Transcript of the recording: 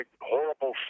horrible